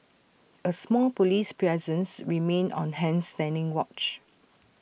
A small Police presence remained on hand standing watch